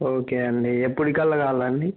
okay అండి ఎప్పడికల్లా కావాలండి